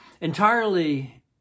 Entirely